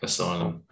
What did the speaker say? Asylum